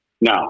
No